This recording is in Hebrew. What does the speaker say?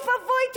אוי ואבוי,